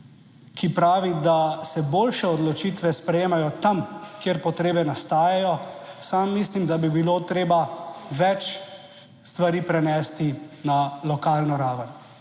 ki pravi, da se boljše odločitve sprejemajo tam, kjer potrebe nastajajo, sam mislim, da bi bilo treba več stvari prenesti na lokalno raven,